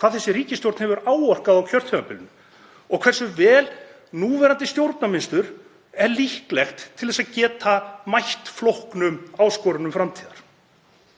hvað þessi ríkisstjórn hefur áorkað á kjörtímabilinu og hversu vel núverandi stjórnarmynstur er líklegt til að geta mætt flóknum áskorunum framtíðar.